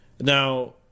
Now